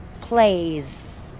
plays